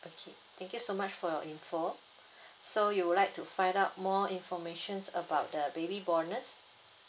okay thank you so much for your info so you would like to find out more information about the baby bonus